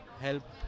help